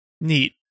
Neat